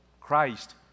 Christ